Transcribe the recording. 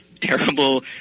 terrible